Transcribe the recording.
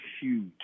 huge